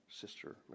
Sister